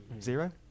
Zero